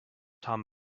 tom